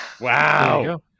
Wow